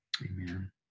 Amen